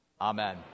amen